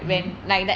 mmhmm